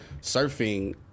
surfing